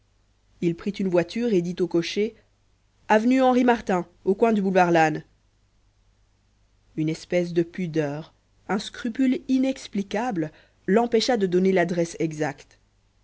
il prit une voiture et dit au cocher avenue henri martin au coin du boulevard lannes une espèce de pudeur un scrupule inexplicable l'empêcha de donner l'adresse exacte